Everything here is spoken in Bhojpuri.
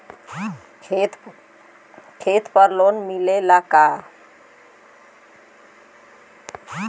खेत पर लोन मिलेला का?